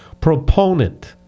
proponent